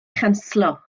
chanslo